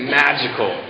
magical